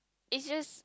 it's just